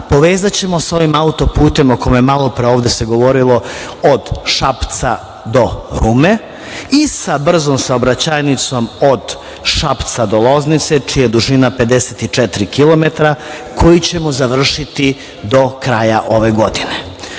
povezaćemo sa ovim auto putem o kome se ovde malopre govorilo od Šapca do Rume i sa brzom saobraćajnicom od Šapca do Loznice, čija je dužina 54 km, koju ćemo završiti do kraja ove godine.